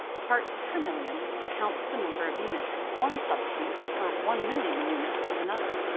parts per million counts the number of units of one substance per one million and units of another.